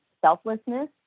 selflessness